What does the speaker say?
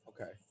Okay